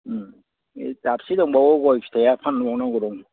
ए दाबसे दंबावो गय फिथाइआ फानबावनांगौ दं